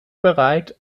bereit